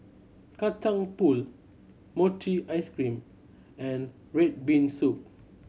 Kacang Pool mochi ice cream and red bean soup